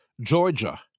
Georgia